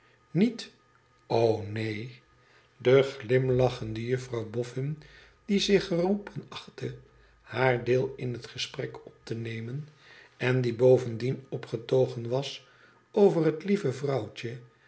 niet o neen de glimlachende juffrouw bofin die zich geroepen achtte haar deel in het gesprek op te nemen en die bovendien opgetogen was over het lieve vrouwtje